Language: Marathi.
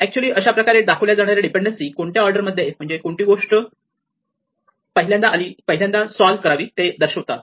ऍक्च्युली अशाप्रकारे दाखविल्या जाणाऱ्या डीपेंडेन्सी कोणत्या ऑर्डरमध्ये म्हणजे कोणती गोष्ट पहिल्यांदा सॉल्व करावी ते दर्शवितात